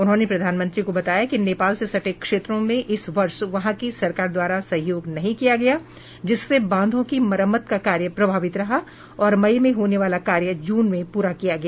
उन्होंने प्रधानमंत्री को बताया कि नेपाल से सटे क्षेत्रों में इस वर्ष वहां की सरकार द्वारा सहयोग नहीं किया गया जिससे बांधों की मरम्मत का कार्य प्रभावित रहा और मई में होने वाला कार्य जून में पूरा किया गया